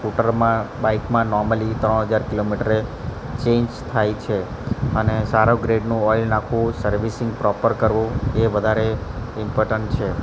સ્કૂટરમાં બાઇકમાં નૉર્મલી ત્રણ હજાર કિલોમીટરે ચેન્જ થાય છે અને સારું ગ્રેડનું ઓઇલ નાખવું સર્વિસીંગ સર્વિસીંગ પ્રોપર કરવું એ વધારે ઇમ્પોર્ટન્ટ છે